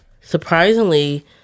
surprisingly